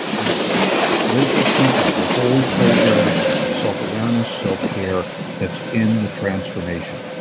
we teach local people the whole program of self-awareness, self-care that's in the transformation.